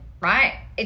right